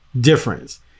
difference